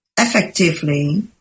effectively